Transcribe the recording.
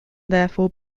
therefore